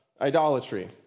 idolatry